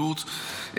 מוגבלות,